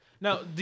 Now